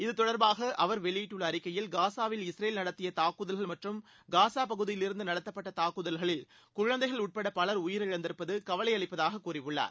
இது தொடர்பாக அவர் வெளியிட்டுள்ள அறிக்கையில் காசாவில் இஸ்ரேல் நடத்திய தாக்குதல்கள் மற்றும் காசா பகுதியில் இருந்து நடத்தப்பட்ட தாக்குதல்களில் குழந்தைகள் உட்பட பவர் உயிரழந்திருப்பது கவலை அளிப்பதாக் கூறியுள்ளார்